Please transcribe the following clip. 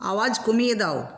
আওয়াজ কমিয়ে দাও